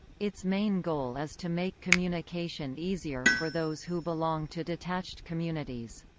its main goal is to make communication easier for those who belong to detached communities.